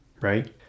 right